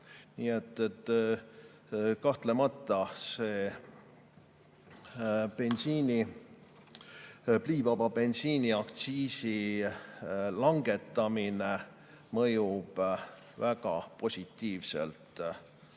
500! Kahtlemata, bensiini, pliivaba bensiini aktsiisi langetamine mõjub väga positiivselt